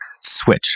switch